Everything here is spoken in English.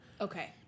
Okay